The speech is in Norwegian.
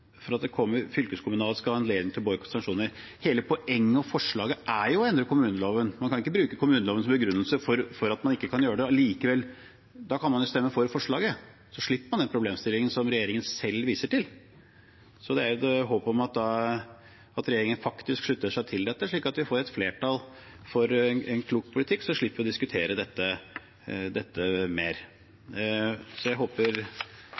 for at en fylkeskommune skal ha anledning til å boikotte sanksjoner. Hele poenget med forslaget er jo å endre kommuneloven. Man kan ikke bruke kommuneloven som begrunnelse for at man ikke kan gjøre det. Da kan man jo stemme for forslaget. Da slipper man den problemstillingen som regjeringen selv viser til. Jeg håper at regjeringen faktisk slutter seg til dette, slik at vi får et flertall for en klok politikk, så slipper vi å diskutere dette mer. Jeg håper